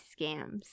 scams